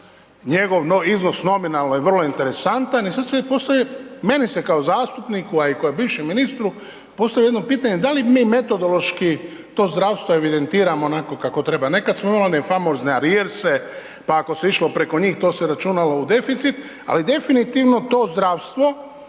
njegov iznos nominalno je vrlo interesantan i sad si ja postavljam, meni se kao zastupniku, a i kao bivšem ministru postavlja jedno pitanje, da li mi metodološki to zdravstvo evidentiramo onako kako to treba. Nekad smo imali one famozne .../Govornik se ne razumije./... pa ako se išlo preko njih, to se računalo u deficit, ali definitivno to zdravstvo